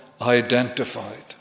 identified